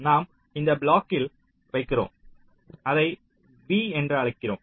நாம் இந்த பிளாக்கில் வைக்கிறோம் அதை V என்று அழைக்கிறோம்